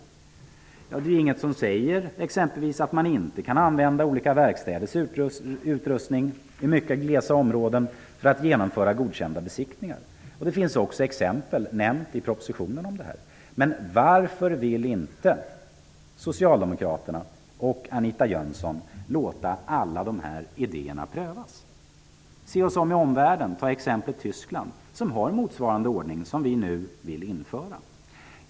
Det är exempelvis inget som säger att man inte kan använda olika verkstäders utrustning i mycket glesbefolkade områden för att genomföra godkända besiktningar. Det finns också exempel på detta nämnt i propositionen. Varför vill inte socialdemokraterna och Anita Jönsson låta alla dessa idéer prövas? Vi kan se oss om i omvärlden. I t.ex. Tyskland har man motsvarande ordning som den vi nu vill införa.